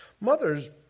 Mothers